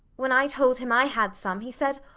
when i told him i had some, he said